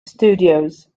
studios